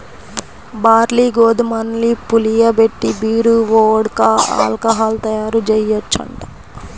barley, గోధుమల్ని పులియబెట్టి beer, vodka, alcohol తయ్యారుజెయ్యొచ్చంట